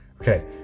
Okay